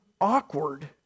awkward